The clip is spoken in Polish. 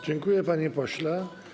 Dziękuję, panie pośle.